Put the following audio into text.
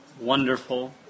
wonderful